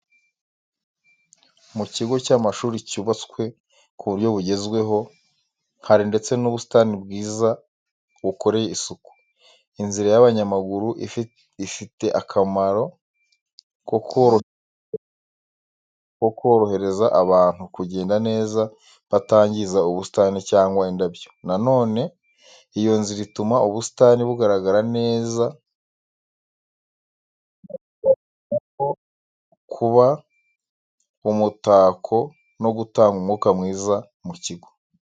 Mu kigo cy'amashuri cyubatswe ku buryo bugezweho, hari ndetse n'ubusitani bwiza bukoreye isuku. Inzira y’abanyamaguru ifite akamaro ko korohereza abantu kugenda neza batangiza ubusitani cyangwa indabyo. Na none iyo nzira ituma ubusitani bugaragara neza bukarushaho kuba umutako no gutanga umwuka mwiza mu kigo.